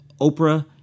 Oprah